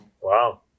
wow